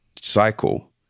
cycle